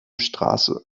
straße